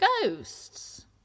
ghosts